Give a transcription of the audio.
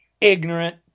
ignorant